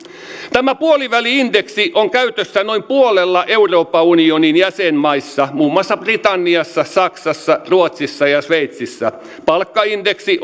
tämä puoliväli indeksi on käytössä noin puolella euroopan unionin jäsenmaista muun muassa britanniassa saksassa ruotsissa ja sveitsissä palkkaindeksi